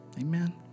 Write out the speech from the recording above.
Amen